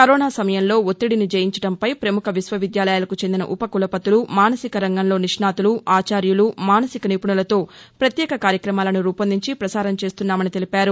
corona సమయంలో ఒత్తిదిని జయించడంపై ప్రముఖ విశ్వవిద్యాలయాలకు చెందిన ఉ పకులపతులు మానసిక రంగంలో నిష్ణాతులు ఆచార్యులు మానసిక నిపుణులతో ప్రత్యేక కార్యక్రమాలను రూపొందించి ప్రసారం చేస్తున్నామని తెలిపారు